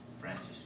Francis